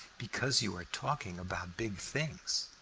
because you are talking about big things.